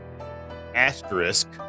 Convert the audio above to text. asterisk